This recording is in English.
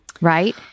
right